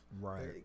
right